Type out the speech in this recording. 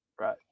right